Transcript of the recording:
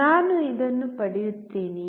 ನಾನು ಇದನ್ನು ಪಡೆಯುತ್ತೇನೆಯೇ